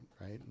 right